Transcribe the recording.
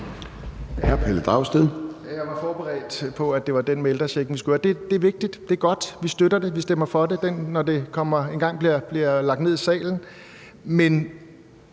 Jeg var forberedt på, at det var den med ældrechecken, vi skulle høre. Det er vigtigt. Det er godt. Vi støtter det. Vi stemmer for det, når det engang bliver sendt ned i salen. Men